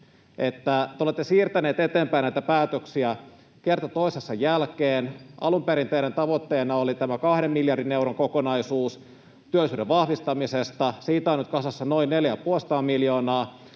että te olette siirtäneet eteenpäin näitä päätöksiä kerta toisensa jälkeen. Alun perin teidän tavoitteenanne oli tämä 2 miljardin euron kokonaisuus työllisyyden vahvistamisesta. Siitä on nyt kasassa noin 450 miljoonaa,